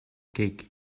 cake